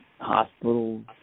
hospitals